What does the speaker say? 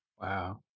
Wow